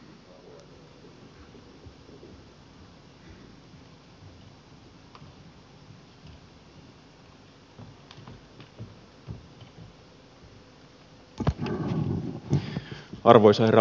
arvoisa herra puhemies